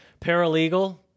Paralegal